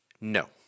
no